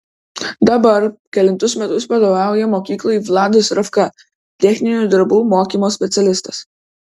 dabar kelintus metus vadovauja mokyklai vladas ravka techninių darbų mokymo specialistas